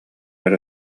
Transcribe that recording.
эрэ